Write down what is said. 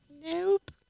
Nope